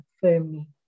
firmly